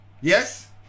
Yes